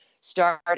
start